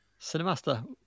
Cinemaster